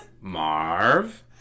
Marv